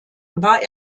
war